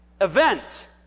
event